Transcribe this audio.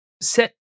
set